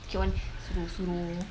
keep on suruh-suruh